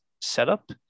setup